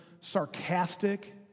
sarcastic